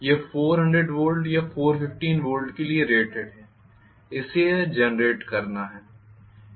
यह 400 वोल्ट या 415 वोल्ट के लिए रेटेड है इसे यह जेनरेट करना है